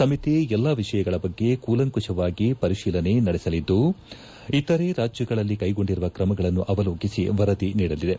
ಸಮಿತಿ ಎಲ್ಲಾ ವಿಷಯಗಳ ಬಗ್ಗೆ ಕೂಲಂಕುಷವಾಗಿ ಪರಿಶೀಲನೆ ನಡೆಸಲಿದ್ದು ಇತರೆ ರಾಜ್ಯಗಳಲ್ಲಿ ಕೈಗೊಂಡಿರುವ ಕ್ರಮಗಳನ್ನು ಅವಲೋಕಿಸಿ ವರದಿ ನೀಡಲಿದೆ